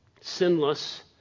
sinless